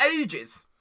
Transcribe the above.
ages